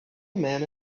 man